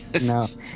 No